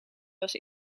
was